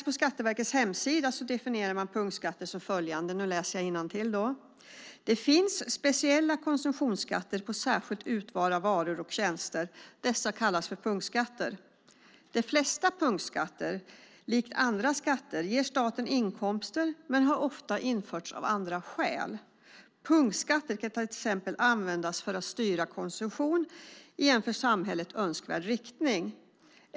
På Skatteverkets hemsida definieras punktskatter enligt följande: "Det finns speciella konsumtionsskatter på särskilt utvalda varor och tjänster. Dessa skatter kallas för punktskatter. De flesta punktskatter, likt andra skatter, ger staten inkomster men har ofta införts av andra skäl. Punktskatterna kan t.ex. användas för att styra konsumtionen i, en för samhället, önskvärd riktning.